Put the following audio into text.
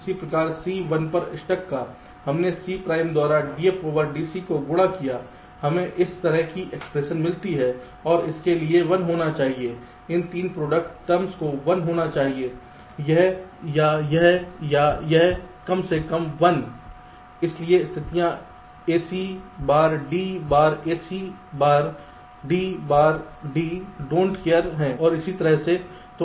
उसी प्रकार C 1 पर स्टक का हमने C प्राइम द्वारा dF dC को गुणा किया हमें इस तरह की एक्सप्रेशन मिलती है और इसके लिए 1 होना चाहिए इन तीन प्रोडक्ट टर्म्स को 1 होना चाहिए यह या यह या यह कम से कम 1 इसलिए स्थितियां A C bar D bar A C bar D bar D don't care don't care हैं और इसी तरह ये हैं